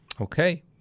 Okay